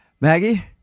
Maggie